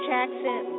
Jackson